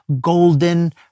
golden